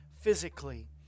physically